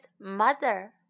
mother